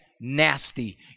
nasty